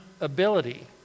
ability